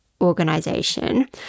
organization